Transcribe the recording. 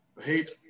hate